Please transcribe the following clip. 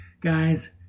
Guys